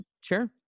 Sure